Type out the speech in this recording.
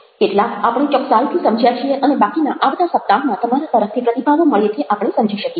કેટલાક આપણે ચોકકસાઈથી સમજ્યા છીએ અને બાકીના આવતા સપ્તાહમાં તમારા તરફથી પ્રતિભાવો મળ્યેથી આપણે સમજી શકીશું